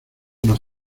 nos